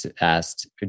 asked